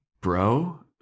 bro